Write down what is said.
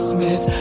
Smith